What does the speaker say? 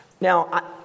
Now